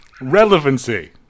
Relevancy